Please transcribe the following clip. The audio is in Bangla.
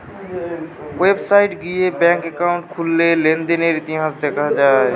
ওয়েবসাইট গিয়ে ব্যাঙ্ক একাউন্ট খুললে লেনদেনের ইতিহাস দেখা যায়